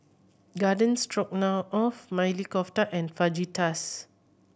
Garden Stroganoff Maili Kofta and Fajitas